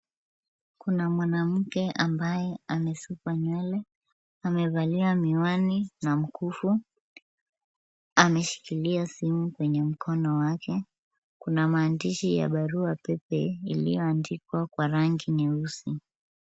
Kuna mwanamke ambaye amesuka nywele, amevalia miwani na mkufu, ameshikilia simu kwenye mkono wake, kuna maandishi ya barua pepe iliyoandikwa kwa rangi nyeusi.